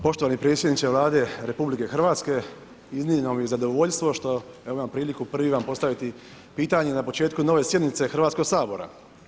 Poštovani predsjedniče Vlade RH, iznimno mi je zadovoljstvo što, evo imam priliku, prvi vam postaviti pitanje na početku nove sjednice Hrvatskog sabora.